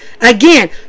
again